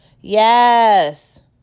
Yes